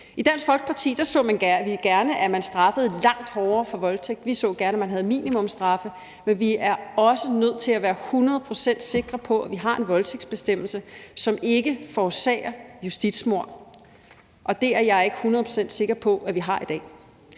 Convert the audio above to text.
I Dansk Folkeparti så vi gerne, at man straffede langt hårdere for voldtægt. Vi så gerne, at man havde minimumsstraffe. Men vi er også nødt til at være hundrede procent sikre på, at vi har en voldtægtsbestemmelse, som ikke forårsager justitsmord, og det er jeg ikke hundrede procent sikker på at vi har i dag.